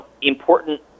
important